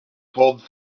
pulled